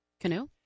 Canoe